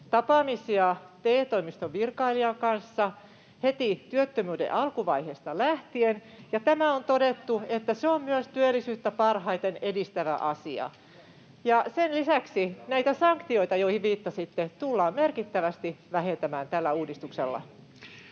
tapaamisia TE-toimiston virkailijan kanssa heti työttömyyden alkuvaiheesta lähtien. On todettu, että se on myös työllisyyttä parhaiten edistävä asia. Sen lisäksi näitä sanktioita, joihin viittasitte, tullaan merkittävästi vähentämään tällä uudistuksella.